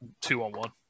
two-on-one